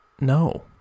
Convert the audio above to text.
No